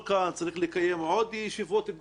לקיים עוד ישיבות פנימיות.